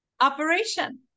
operation